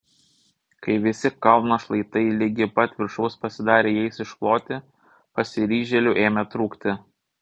kai visi kalno šlaitai ligi pat viršaus pasidarė jais iškloti pasiryžėlių ėmė trūkti